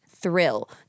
thrill